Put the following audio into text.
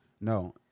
No